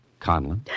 Conlon